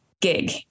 gig